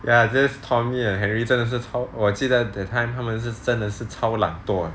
ya this tommy and henry 真的是超我记得 that time 他们是真的是超懒惰